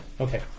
Okay